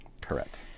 Correct